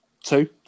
Two